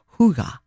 Huga